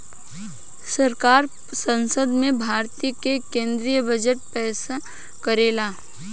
सरकार संसद में भारत के केद्रीय बजट पेस करेला